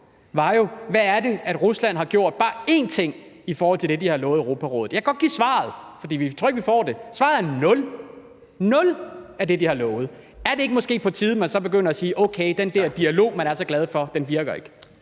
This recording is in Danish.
var jo: Hvad er det, Rusland har gjort – kan man nævne bare én ting – i forhold til det, de har lovet Europarådet? Jeg kan godt give svaret, for jeg tror ikke, at vi får det. Svaret er nul; nul af det, de har lovet. Er det måske ikke på tide, at man så begynder at sige, at okay, den der dialog, man er så glad for, virker ikke?